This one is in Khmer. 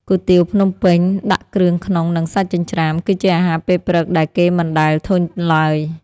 គុយទាវភ្នំពេញដាក់គ្រឿងក្នុង និងសាច់ចិញ្ច្រាំ គឺជាអាហារពេលព្រឹកដែលគេមិនដែលធុញឡើយ។